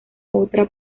otra